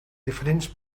diferents